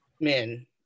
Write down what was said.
men